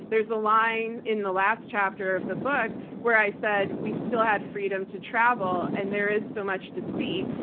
there's a line in the last chapter of the book where i said, we still had freedom to travel, and there is so much to see.